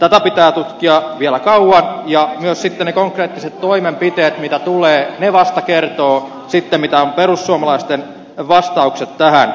tätä pitää tutkia vielä kauan ja myös ne konkreettiset toimenpiteet joita tulee vasta kertovat mitkä ovat perussuomalaisten vastaukset tähän